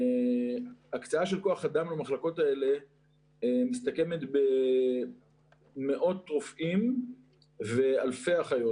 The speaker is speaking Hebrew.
ההקצאה של כח אדם למחלקות האלה מסתכמת במאות רופאים ואלפי אחיות.